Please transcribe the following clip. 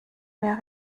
mehr